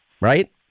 right